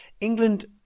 England